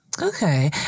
Okay